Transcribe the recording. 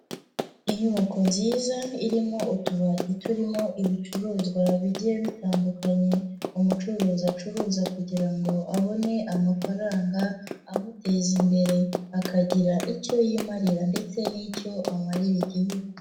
Inyubako nziza irimo utubati turimo ibicuruzwa bigiye bitandukanye, umucuruzi acuruza kugira ngo abone amafaranga, amuteza imbere akagira icyo yimarira ndetse n'icyo amarira igihugu.